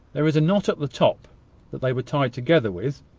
there is the knot at the top that they were tied together with,